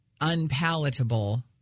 unpalatable